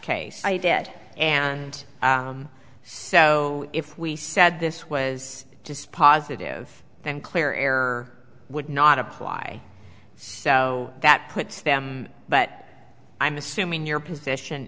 case i did and so if we said this was just positive and clear error would not apply so that puts them but i'm assuming your position